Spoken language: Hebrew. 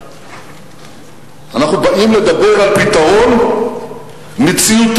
אנחנו באים לדבר על פתרון מציאותי,